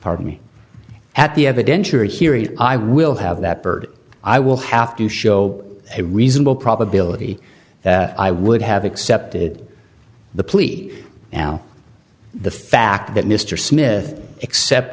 pardon me at the evidentiary hearing i will have that bird i will have to show a reasonable probability that i would have accepted the plea now the fact that mr smith except